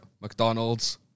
McDonald's